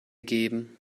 geben